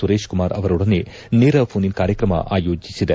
ಸುರೇಶ್ ಕುಮಾರ್ ಅವರೊಡನೆ ನೇರ phone in ಕಾರ್ಯಕ್ರಮ ಆಯೋಜೆಸಿದೆ